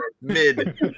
Mid